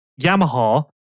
Yamaha